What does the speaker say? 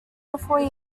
before